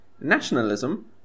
Nationalism